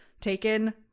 taken